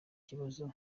kibazo